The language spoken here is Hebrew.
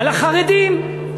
על החרדים.